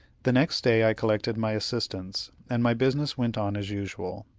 the next day i collected my assistants, and my business went on as usual.